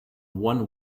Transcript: one